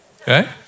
Okay